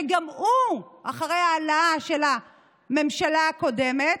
וגם הוא אחרי העלאה של הממשלה הקודמת,